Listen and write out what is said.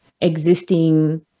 existing